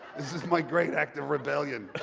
this is my great act of rebellion.